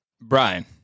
Brian